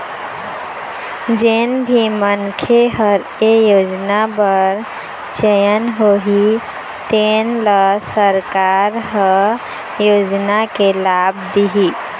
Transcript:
जेन भी मनखे ह ए योजना बर चयन होही तेन ल सरकार ह योजना के लाभ दिहि